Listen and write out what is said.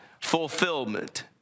fulfillment